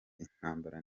intambara